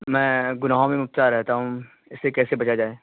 میں گناہوں میں مبتلا رہتا ہوں اس سے کیسے بچا جائے